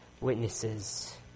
witnesses